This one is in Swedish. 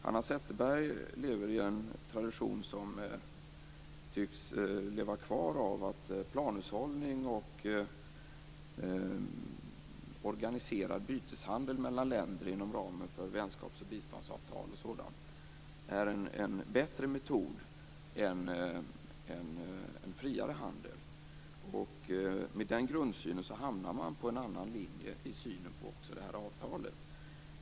Hanna Zetterberg tycks leva kvar i en tradition där planhushållning och organiserad byteshandel mellan länder inom ramen för vänskaps och biståndsavtal är en bättre metod än en friare handel. Med den grundsynen hamnar man på en annan linje i synen på det här avtalet också.